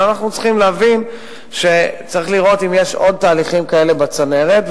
אבל אנחנו צריכים להבין שצריך לראות אם יש עוד תהליכים כאלה בצנרת,